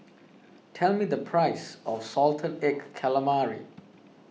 tell me the price of Salted Egg Calamari